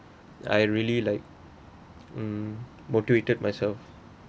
I really like hmm motivated myself